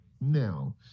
Now